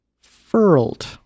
furled